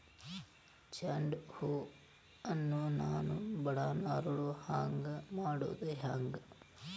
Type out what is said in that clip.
ನನ್ನ ಚಂಡ ಹೂ ಅನ್ನ ನಾನು ಬಡಾನ್ ಅರಳು ಹಾಂಗ ಮಾಡೋದು ಹ್ಯಾಂಗ್?